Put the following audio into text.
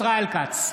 ישראל כץ,